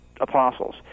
Apostles